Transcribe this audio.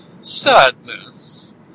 Sadness